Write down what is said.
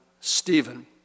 Stephen